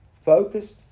Focused